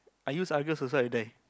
I use Argus also I die